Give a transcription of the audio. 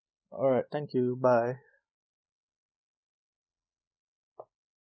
alright thank you bye